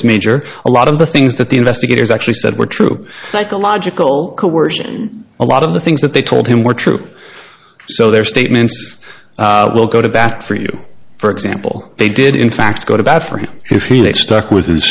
was major a lot of the things that the investigators actually said were true psychological coercion a lot of the things that they told him were true so their statements will go to bat for you for example they did in fact go to bat for him if he it stuck with